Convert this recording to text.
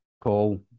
call